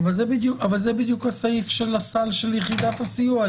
זה בדיוק סעיף הסל של יחידת הסיוע.